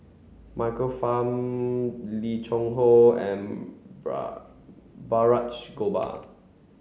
Michael Fam Lim Cheng Hoe and Balraj Gopal